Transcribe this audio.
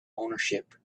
ownership